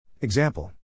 Example